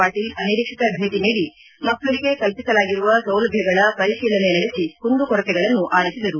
ಪಾಟೀಲ್ ಅನಿರೀಕ್ಷಿತ ಭೇಟಿ ನೀಡಿ ಮಕ್ಕಳಿಗೆ ಕಲ್ಪಿಸಲಾಗಿರುವ ಸೌಲಭ್ಯಗಳ ಪರಿಶೀಲನೆ ನಡೆಸಿ ಕುಂದು ಕೊರತೆಗಳನ್ನು ಆಲಿಸಿದರು